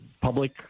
public